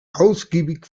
ausgiebig